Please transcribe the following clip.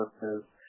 services